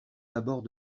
d’abord